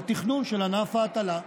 על תכנון של ענף ההטלה.